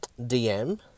dm